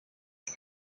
uko